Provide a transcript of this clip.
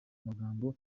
amagambo